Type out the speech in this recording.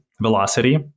velocity